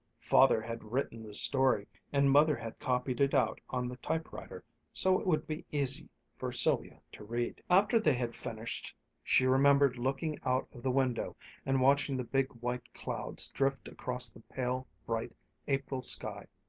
father had written the story, and mother had copied it out on the typewriter so it would be easy for sylvia to read. after they had finished she remembered looking out of the window and watching the big white clouds drift across the pale bright april sky.